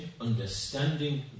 understanding